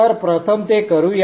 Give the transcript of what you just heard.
तर प्रथम ते करूया